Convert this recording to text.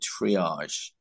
triage